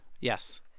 yes